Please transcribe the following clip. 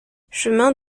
chemin